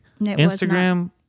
Instagram